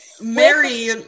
Mary